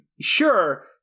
sure